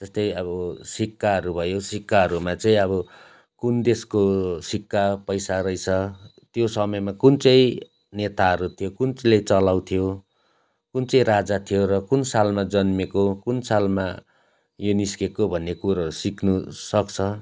जस्तै अब सिक्काहरू भयो सिक्काहरूमा चाहिँ अब कुन देशको सिक्का पैसा रहेछ त्यो समयमा कुन चाहिँ नेताहरू थियो त्यो कुनले चलाउँथ्यो कुन चाहिँ राजा थियो र कुन सालमा जन्मेको कुन सालमा यो निस्केको भन्ने कुरोहरू सिक्नुसक्छ